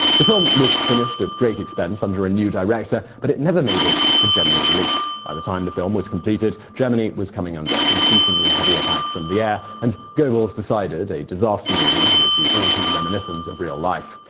the film was finished at great expense under a new director, but it never made it to general release. by the time the film was completed germany was coming under increasingly heavy attack from the air, and goebbels decided a disaster movie would be all too reminiscent of real life.